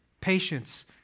patience